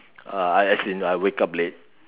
uh I as in I wake up late